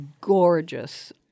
gorgeous